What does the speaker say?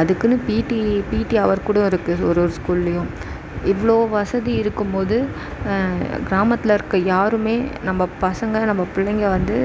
அதுக்குன்னு PT PT hour கூட இருக்குது ஒரு ஒரு ஸ்கூல்லேயும் இவ்வளோ வசதி இருக்கும் போது கிராமத்தில் இருக்க யாரும் நம்ம பசங்க நம்ம பிள்ளைங்க வந்து